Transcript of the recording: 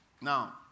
Now